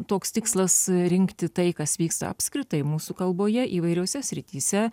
toks tikslas rinkti tai kas vyksta apskritai mūsų kalboje įvairiose srityse